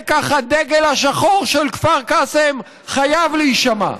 לקח הדגל השחור של כפר קאסם חייב להישמע,